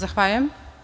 Zahvaljujem.